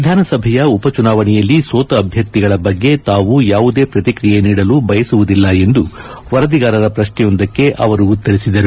ವಿಧಾನಸಭೆಯ ಉಪಚುನಾವಣೆಯಲ್ಲಿ ಸೋತ ಅಭ್ಯರ್ಥಿಗಳ ಬಗ್ಗೆ ತಾವು ಯಾವುದೇ ಪ್ರತಿಕ್ರಿಯೆ ನೀಡಲು ಬಯಸುವುದಿಲ್ಲ ಎಂದು ವರದಿಗಾರರ ಪ್ರಶ್ನೆ ಯೊಂದಕ್ಕೆ ಅವರು ಉತ್ತರಿಸಿದರು